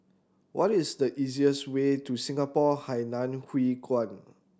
what is the easiest way to Singapore Hainan Hwee Kuan